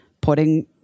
putting